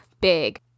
big